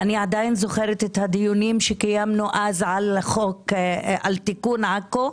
אני עדיין זוכרת את הדיונים שקיימנו אז על תיקון עכו,